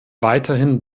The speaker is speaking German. weiterhin